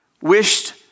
wished